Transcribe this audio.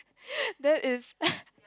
that is